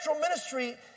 ministry